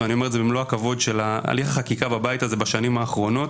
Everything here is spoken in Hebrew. ואני אומר את זה במלוא הכבוד להליך החקיקה בבית הזה בשנים האחרונות,